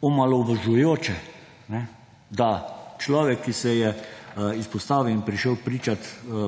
omalovažujoče, da človek, ki se je izpostavil in prišel pričat